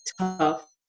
tough